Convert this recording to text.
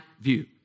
view